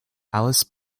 alice